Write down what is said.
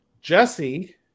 Jesse